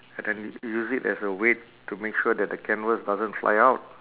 and then u~ use it as a weight to make sure that the canvas doesn't fly out